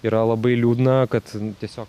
yra labai liūdna kad tiesiog